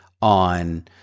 on